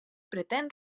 pretén